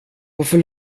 varför